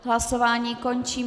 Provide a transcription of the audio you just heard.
Hlasování končím.